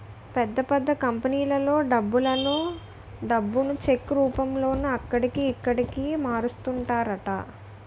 పెద్ద పెద్ద కంపెనీలలో డబ్బులలో డబ్బును చెక్ రూపంలోనే అక్కడికి, ఇక్కడికి మారుస్తుంటారట